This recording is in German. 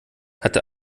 hatte